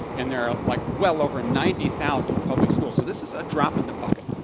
and there are like well over ninety thousand public schools. so this is a drop in the bucket.